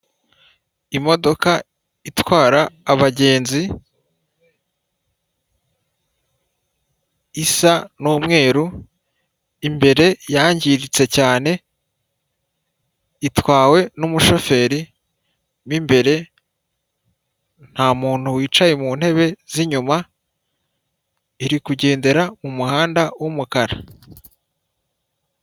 Imodoka itwara abagenzi, isa n'umweru imbere yangiritse cyane, itwawe n'umushoferi mo imbere nta muntu wicaye mu ntebe z'inyuma, iri kugendera mu muhanda w'umukara.